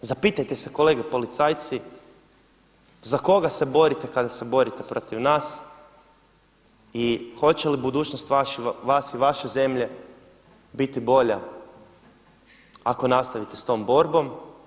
Zapitajte se kolege policajci za koga se borite kada se borite protiv nas i hoće li budućnost vas i vaše zemlje biti bolja ako nastavite s tom borbom?